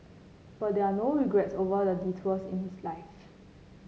but there are no regrets over the detours in his life